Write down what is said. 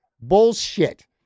Bullshit